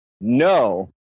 no